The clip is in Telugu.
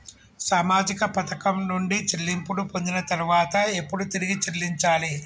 సామాజిక పథకం నుండి చెల్లింపులు పొందిన తర్వాత ఎప్పుడు తిరిగి చెల్లించాలి?